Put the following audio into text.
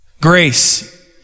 Grace